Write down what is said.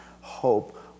hope